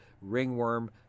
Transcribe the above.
ringworm